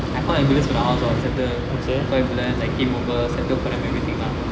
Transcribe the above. I called ambulance for the house ah settle called ambulance I came over settle for them everything lah